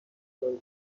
بازیگر